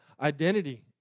identity